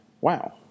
wow